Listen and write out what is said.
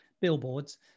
billboards